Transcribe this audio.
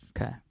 Okay